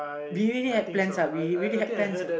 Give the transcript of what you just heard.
we really had plans lah we really plans uh